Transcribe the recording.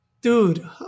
Dude